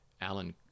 Alan